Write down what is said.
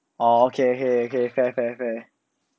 oh okay okay okay fair fair fair